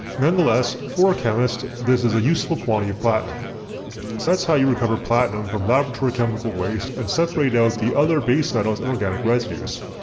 nonetheless, for a chemist, this is a useful quantity of platinum. so that's how you recover platinum from laboratory chemical waste and separate out the other base metals and organic residues.